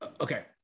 Okay